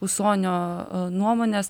usonio nuomonės